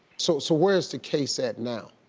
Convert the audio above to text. so so where is the case at now?